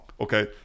Okay